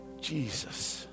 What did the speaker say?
Jesus